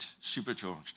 supercharged